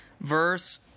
Verse